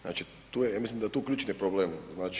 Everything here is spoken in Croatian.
Znači tu je, ja mislim da je tu ključni problem.